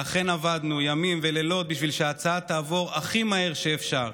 ואכן עבדנו ימים ולילות בשביל שההצעה תעבור הכי מהר שאפשר,